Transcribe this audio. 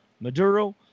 Maduro